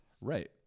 Right